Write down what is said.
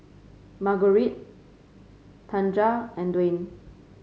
Margurite Tanja and Dwayne